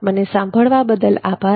મને સાંભળવા બદલ આભાર